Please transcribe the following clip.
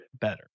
better